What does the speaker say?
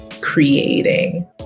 creating